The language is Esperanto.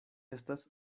estas